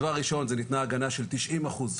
הדבר הראשון זה ניתנה הגנה של תשעים אחוז.